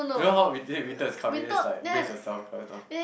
you know how wi~ winter is coming then it's like brace yourself